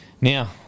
Now